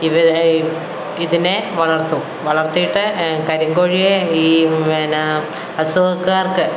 ഇവ ഇതിനെ വളർത്തും വളർത്തിയിട്ട് കരിങ്കോഴിയെ ഈ പിന്നെ അസുഖക്കാർക്ക്